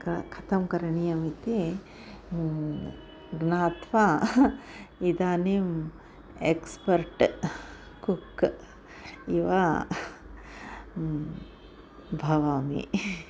किं कथं करणीयमिति ज्ञात्वा इदानीम् एक्स्पर्ट् कुक् इव भवामि